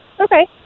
Okay